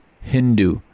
hindu